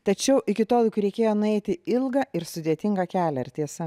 tačiau iki tol juk reikėjo nueiti ilgą ir sudėtingą kelią ar tiesa